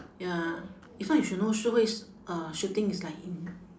ya if not you should know shi hui's uh shooting is like in